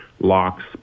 locks